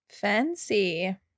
Fancy